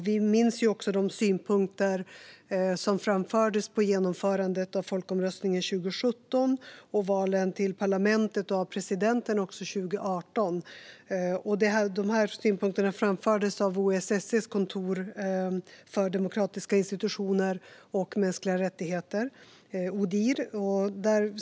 Vi minns också de synpunkter som framfördes på genomförandet av folkomröstningen 2017 och valen till parlamentet och av presidenten 2018. Dessa synpunkter framfördes av OSSE:s Kontoret för demokratiska institutioner och mänskliga rättigheter, Odihr.